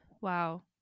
Wow